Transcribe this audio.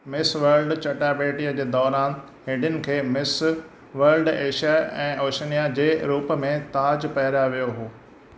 miss World चटाभेटीअ जे दौरान हेडन खे मिस वल्ड एशिया ऐं ओशिनिया जे रूप में ताज पाराहियो वियो हुओ